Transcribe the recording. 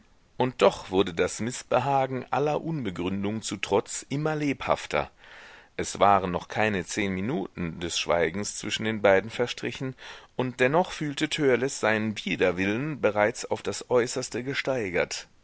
und doch wurde das mißbehagen aller unbegründung zu trotz immer lebhafter es waren noch keine zehn minuten des schweigens zwischen den beiden verstrichen und dennoch fühlte törleß seinen widerwillen bereits auf das äußerste gesteigert